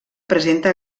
presenta